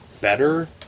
better